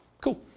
Cool